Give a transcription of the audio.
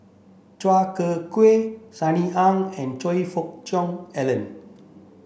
Chua Ek Kay Sunny Ang and Choe Fook Cheong Alan